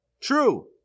True